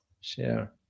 share